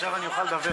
עכשיו אני אוכל לדבר.